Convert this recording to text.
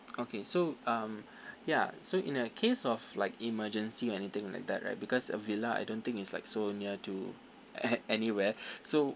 okay so um ya so in the case of like emergency or anything like that right because a villa I don't think it's like so near to anywhere so